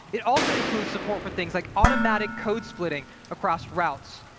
it also includes support for things like automatic code splitting across routes.